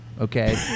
Okay